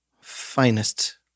finest